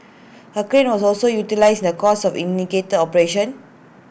A crane was also utilised in the course of intricate operation